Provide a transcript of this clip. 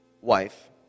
wife